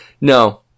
No